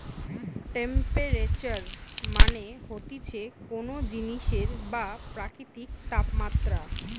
temperature মানে হতিছে কোন জিনিসের বা প্রকৃতির তাপমাত্রা